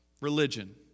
religion